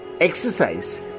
exercise